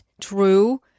true